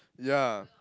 ya